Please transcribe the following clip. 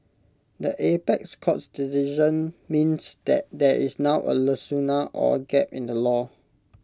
the apex court's decision means that there is now A lacuna or A gap in the law